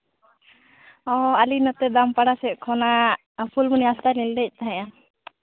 ᱚᱻ ᱟᱹᱞᱤᱧ ᱱᱚᱛᱮ ᱫᱟᱢᱯᱟᱲᱟ ᱥᱮᱫ ᱠᱷᱚᱱᱟᱜ ᱯᱷᱩᱞᱢᱚᱱᱤ ᱦᱟᱸᱥᱫᱟ ᱞᱤᱧ ᱞᱟᱹᱭᱮᱫ ᱛᱟᱦᱮᱱᱟ